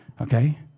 Okay